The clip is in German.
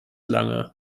lange